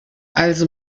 also